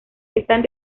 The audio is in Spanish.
están